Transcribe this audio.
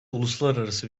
uluslararası